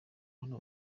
hano